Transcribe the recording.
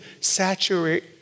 saturate